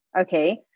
okay